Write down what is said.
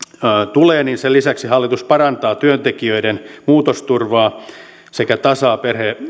tulee hallitus parantaa työntekijöiden muutosturvaa sekä tasaa